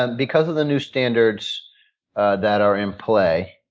and because of the new standards that are in play,